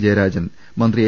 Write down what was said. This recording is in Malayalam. ജയാരജൻ മന്ത്രി എ